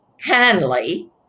Hanley